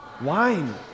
wine